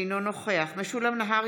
אינו נוכח משולם נהרי,